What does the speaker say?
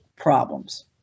problems